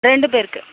ரெண்டு பேருக்கு